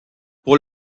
pour